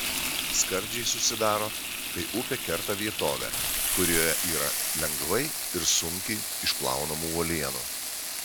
skardžiai susidaro kai upė kerta vietovę kurioje yra lengvai ir sunkiai išplaunamų uolienų